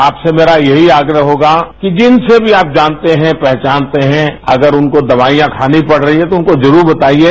आपसे भी मुझे ये आग्रह होगा कि जिनसे भी आप जानते हैं पहचानते हैं अगर उनको दवाईयां खानी पड रही है तो उनको जरूर बताईये